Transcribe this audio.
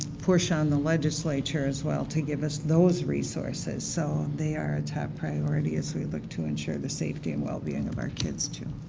push on the legislature as well to give us as resources. so, they are a top priority as we look to ensure the safety and well-being of our kids, too.